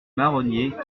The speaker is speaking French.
marronniers